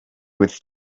with